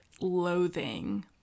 loathing